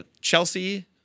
Chelsea